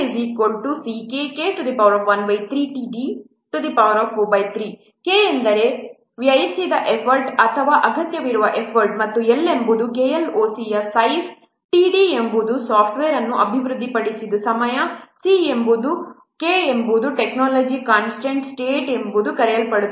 LCkK13td43 K ಎಂದರೆ ವ್ಯಯಿಸಿದ effort ಅಥವಾ ಅಗತ್ಯವಿರುವ ಎಫರ್ಟ್ ಮತ್ತು L ಎಂಬುದು KLOC ಯ ಸೈಜ್ t d ಎಂಬುದು ಸಾಫ್ಟ್ವೇರ್ ಅನ್ನು ಅಭಿವೃದ್ಧಿಪಡಿಸುವ ಸಮಯ C k ಎಂಬುದು ಟೆಕ್ನಾಲಜಿ ಕಾನ್ಸ್ಟಂಟ್ ಸ್ಟೇಟ್ ಎಂದು ಕರೆಯಲ್ಪಡುತ್ತದೆ